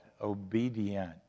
Obedient